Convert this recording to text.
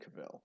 Cavill